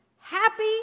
happy